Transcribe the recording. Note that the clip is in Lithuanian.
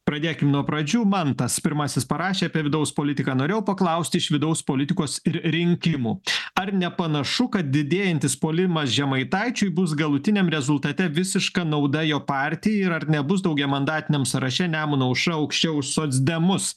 pradėkim nuo pradžių mantas pirmasis parašė apie vidaus politiką norėjau paklausti iš vidaus politikos ir rinkimų ar nepanašu kad didėjantis puolimas žemaitaičiui bus galutiniam rezultate visiška nauda jo partijai ir ar nebus daugiamandatiniam sąraše nemuno aušra aukščiau už socdemus